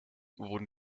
wurden